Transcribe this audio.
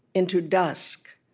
into dusk,